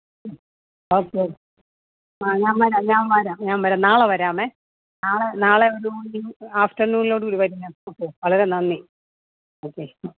okay ആ ഞാൻ വരാം ഞാൻ വരാം നാളെ വരാമേ നാളെ നാളെ ഒരു ആഫ്റ്റർനൂണിലോട് കൂടി വരും ഞാൻ ഓക്കെ വളരെ നന്ദി ഓക്കെ